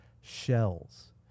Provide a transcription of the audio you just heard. shells